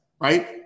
Right